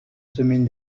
semaine